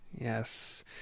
Yes